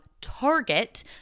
Target